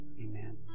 Amen